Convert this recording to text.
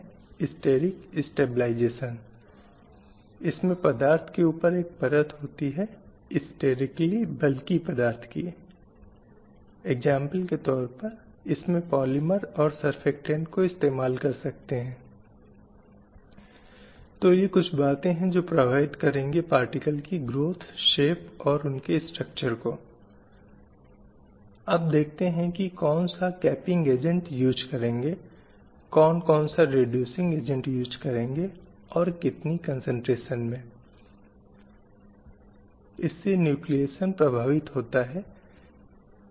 जो हमें कई बार प्रभावित करते हैं लेकिन यह स्वाभाविक है कि एक राज्य के समाज में हर किसी को वोट देने का अधिकार दिया जाना चाहिए लेकिन आपके पास ऐसे राष्ट्र थे जहां लंबे युद्ध या संघर्ष के बाद महिलाओं को अधिकार दिए गए थे क्योंकि पहले यह महसूस किया गया था कि महिलाएं नागरिक नहीं हैं और इसलिए उन्हें वोट देने का अधिकार नहीं दिया जा सकता था